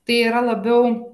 tai yra labiau